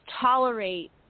tolerate